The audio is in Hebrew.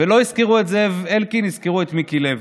לא יזכרו את זאב אלקין, יזכרו את מיקי לוי.